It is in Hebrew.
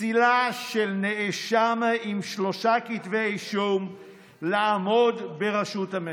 פסילה של נאשם עם שלושה כתבי אישום לעמוד בראשות הממשלה.